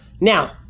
Now